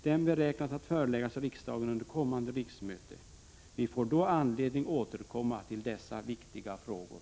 Den beräknas att föreläggas riksdagen under kommande riksmöte. Vi får då anledning återkomma till dessa viktiga frågor.